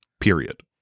Period